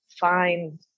find